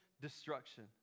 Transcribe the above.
destruction